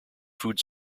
food